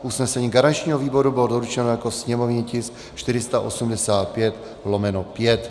Usnesení garančního výboru bylo doručeno jako sněmovní tisk 485/5.